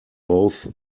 both